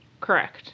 Correct